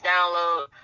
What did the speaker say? download